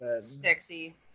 sexy